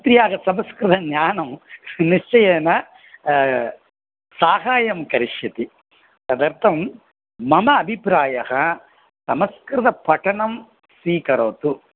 पुत्र्याः संस्कृतज्ञानं निश्चयेन साहाय्यं करिष्यति तदर्थं मम अभिप्रायः संस्कृतपठनं स्वीकरोतु